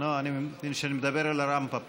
אני מדבר אל הלמפה פה.